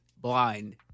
blind